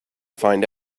find